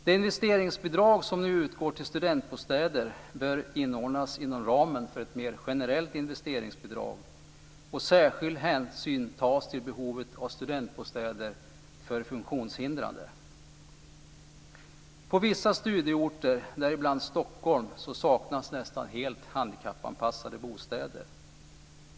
Det investeringsbidrag som nu utgår till studentbostäder bör inordnas inom ramen för ett mer generellt investeringsbidrag. Särskild hänsyn bör tas till behovet av studentbostäder för funktionshindrade. På vissa studieorter, däribland Stockholm, saknas nästan helt handikappanpassade bostäder.